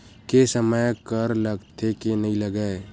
के समय कर लगथे के नइ लगय?